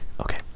Okay